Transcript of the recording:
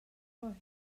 for